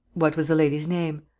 what was the lady's name?